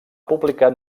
publicat